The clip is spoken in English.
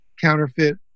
counterfeit